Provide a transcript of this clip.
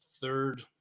third